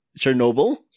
Chernobyl